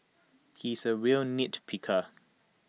he is A real nitpicker